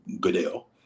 Goodell